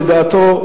לדעתו,